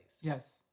Yes